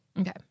Okay